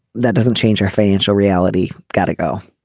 that doesn't change our financial reality. gotta go.